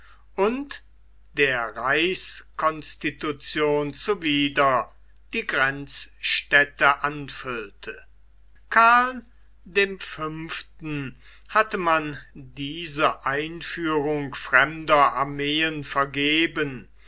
und der reichsconstitution zuwider die grenzstädte anfüllte karln dem fünften hatte man diese einführung fremder armeen vergeben